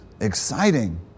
exciting